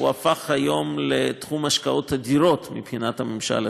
הפך היום לתחום של השקעות אדירות מבחינת הממשל הסיני.